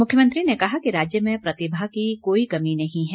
मुख्यमंत्री ने कहा कि राज्य में प्रतिभा की कोई कमी नहीं है